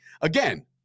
again